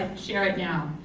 share it now.